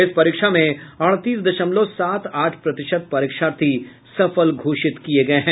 इस परीक्षा में अडतीस दशमलव सात आठ प्रतिशत परीक्षार्थी सफल घोषित किए गए हैं